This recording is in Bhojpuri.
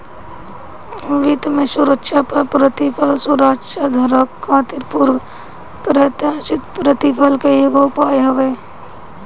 वित्त में सुरक्षा पअ प्रतिफल सुरक्षाधारक खातिर पूर्व प्रत्याशित प्रतिफल के एगो उपाय हवे